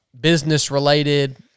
business-related